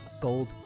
gold